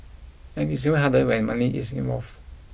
and it's even harder when money is involved